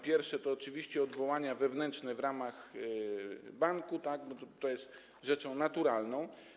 Pierwsze odwołania to oczywiście odwołania wewnętrzne w ramach banku, bo to jest rzeczą naturalną.